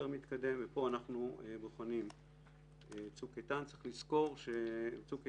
מתקדם פה אנחנו בוחנים את צוק איתן.